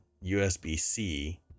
USB-C